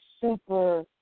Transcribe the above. super